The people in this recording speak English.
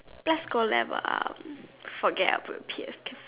let's go level up forget about PS cafe